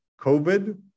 COVID